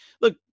look